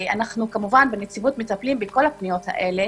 כמובן, בנציבות אנו מטפלים בכל הפניות האלה.